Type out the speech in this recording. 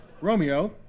Romeo